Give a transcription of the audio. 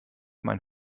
mein